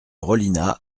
rollinat